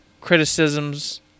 criticisms